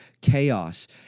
chaos